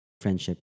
friendship